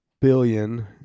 billion